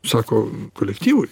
sako kolektyvui